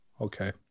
Okay